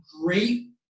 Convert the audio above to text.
great